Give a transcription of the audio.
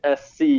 SC